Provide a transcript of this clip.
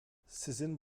sizin